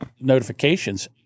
notifications